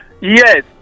Yes